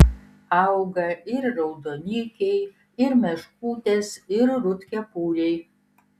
auga ir raudonikiai ir meškutės ir rudkepuriai